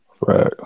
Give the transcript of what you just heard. Right